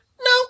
No